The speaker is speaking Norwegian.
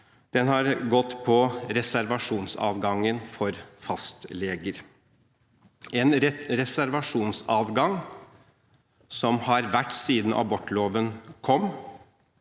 Den gikk på reservasjonsadgangen for fastleger – en reservasjonsadgang som har vært der siden abortloven kom,